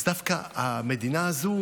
דווקא המדינה הזו